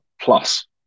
plus